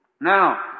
Now